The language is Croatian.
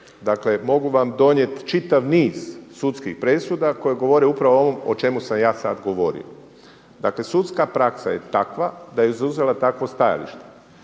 Dakle, mogu vam donijet čitav niz sudskih presuda koje govore upravo o ovom o čemu sam ja sad govorio. Dakle, sudska praksa je takva da je zauzela takvo stajalište.